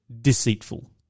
deceitful